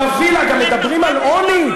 בווילה גם מדברים על עוני.